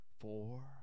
four